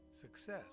success